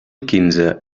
quinze